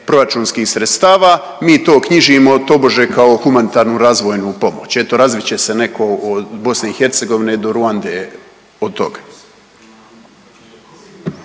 proračunskih sredstava mi to knjižimo tobože kao humanitarnu razvoju pomoć. Eto razvit će netko od BiH do Ruande od toga.